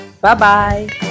bye-bye